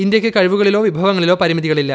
ഇന്ത്യയ്ക്ക് കഴിവുകളിലോ വിഭവങ്ങളിലോ പരിമിതികളില്ല